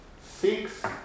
six